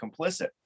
complicit